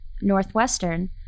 Northwestern